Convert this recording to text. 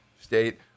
State